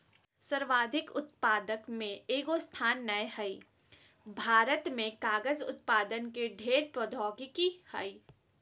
सर्वाधिक उत्पादक में एगो स्थान नय हइ, भारत में कागज उत्पादन के ढेर प्रौद्योगिकी हइ